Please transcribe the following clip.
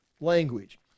language